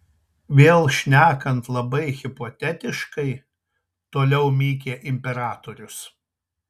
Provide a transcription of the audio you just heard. vėl šnekant labai hipotetiškai toliau mykė imperatorius